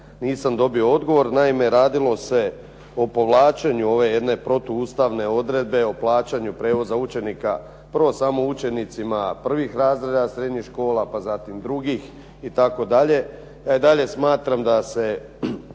nisam dobio odgovor. Naime, radilo se o povlačenju ove jedne protuustavne odredbe o plaćanju prijevoza učenika. Prvo samo učenicima prvih razreda srednjih škola, pa zatim drugih itd. Dalje smatram da se